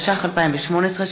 התשע"ח 2018,